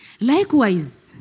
Likewise